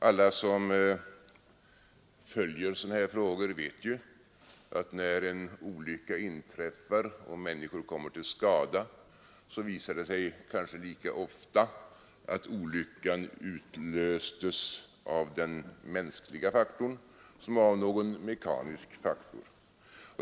Alla som följer sådana här frågor vet att när en olycka inträffar och människor kommer till skada visar det sig att olyckan utlöstes kanske lika ofta av den mänskliga faktorn som av någon mekanisk faktor.